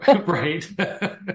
right